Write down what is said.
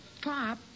Pop